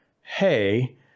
Hey